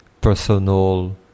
personal